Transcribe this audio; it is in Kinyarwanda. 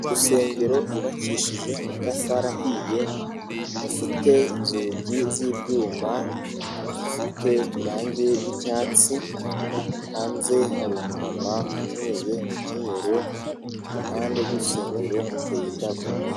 Urusengero rwubakishije amatafari ahiye rufite inzugi z'ibyuma zifite irange ry'icyatsi, hanze hari umumama ukenyeye imikenyero iruhande rw'urusengero hateye indabo.